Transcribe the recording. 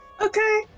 Okay